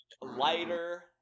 lighter